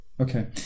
Okay